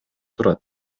турат